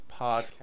podcast